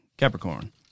Capricorn